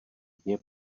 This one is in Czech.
dně